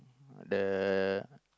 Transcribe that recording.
the